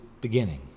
beginning